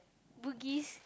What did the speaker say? Bugis